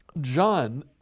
John